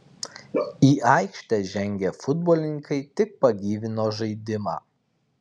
į aikštę žengę futbolininkai tik pagyvino žaidimą